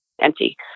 empty